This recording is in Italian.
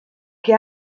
che